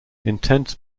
intense